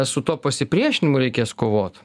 su tuo pasipriešinimu reikės kovot